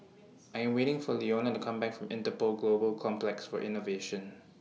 I'm waiting For Leona to Come Back from Interpol Global Complex For Innovation